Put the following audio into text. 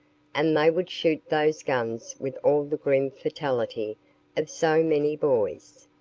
and they would shoot those guns with all the grim fatality of so many boys.